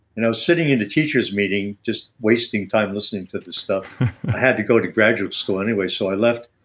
and i was sitting in the teacher's meeting just wasting time listening to the stuff i had to go to graduate school anyway so i left.